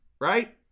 right